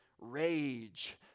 rage